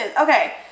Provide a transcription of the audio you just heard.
Okay